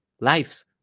lives